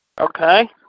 Okay